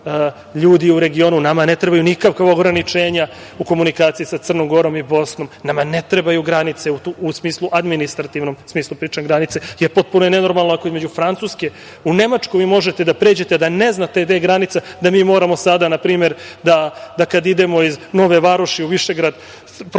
ljudi u regionu. Nama ne trebaju nikakva ograničenja u komunikaciji sa Crnom Gora i Bosnom, nama ne trebaju granice, u administrativnom smislu pričam granice, jer potpuno je nenormalno ako između Francuske, u Nemačku vi možete da pređete da ne znate gde je granica, da mi moramo sada na primer da kada idemo iz Nove Varoši u Višegrad prolazimo